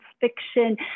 fiction